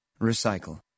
Recycle